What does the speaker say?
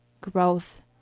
Growth